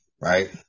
Right